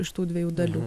iš tų dviejų dalių